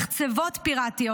מחצבות פיראטיות